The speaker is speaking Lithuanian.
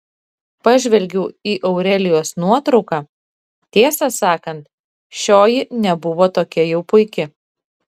pažvelgiau į aurelijos nuotrauką tiesą sakant šioji nebuvo tokia jau puiki